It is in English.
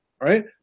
Right